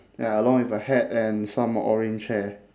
ya along with a hat and some orange hair